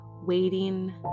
waiting